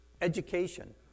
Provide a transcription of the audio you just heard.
education